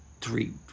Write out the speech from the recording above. three